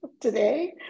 today